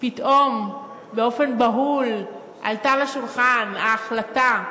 פתאום באופן בהול עלתה לשולחן ההחלטה,